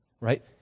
right